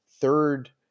third